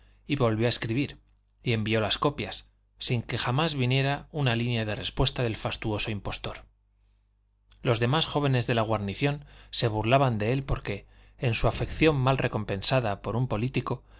y volvió a escribir y envió las copias sin que jamás viniera una línea de respuesta del fastuoso impostor los demás jóvenes de la guarnición se burlaban de él porque en su afección mal recompensada por un político